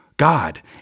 God